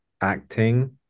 acting